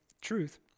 truth